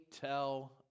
tell